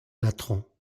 latran